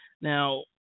Now